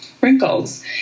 Wrinkles